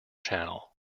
channel